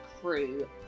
crew